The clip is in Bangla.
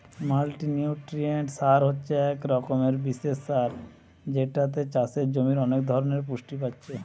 মাল্টিনিউট্রিয়েন্ট সার হচ্ছে এক রকমের বিশেষ সার যেটাতে চাষের জমির অনেক ধরণের পুষ্টি পাচ্ছে